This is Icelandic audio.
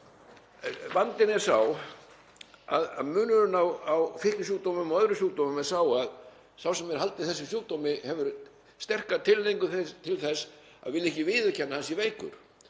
Vandinn er að munurinn á fíknisjúkdómum og öðrum sjúkdómum er sá að sá sem er haldið þessum sjúkdómi hefur sterka tilhneigingu til þess að vilja ekki viðurkenna að hann sé veikur.